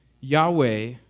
Yahweh